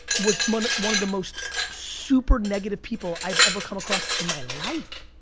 was one one of the most super negative people i've ever come across in my life,